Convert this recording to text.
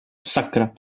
sakra